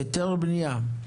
היתר בנייה?